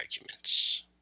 arguments